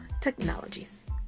Technologies